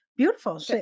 Beautiful